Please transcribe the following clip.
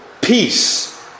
Peace